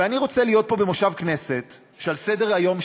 ואני רוצה להיות פה במושב כנסת כשעל סדר-היום,